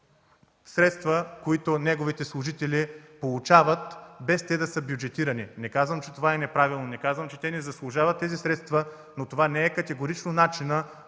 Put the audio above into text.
средства, които неговите служители получават, без те да са бюджетирани. Не казвам, че това е неправилно, не казвам, че те не заслужават тези средства, но това категорично не